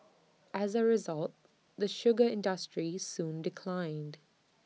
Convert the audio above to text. as A result the sugar industry soon declined